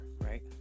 right